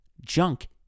junk